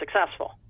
successful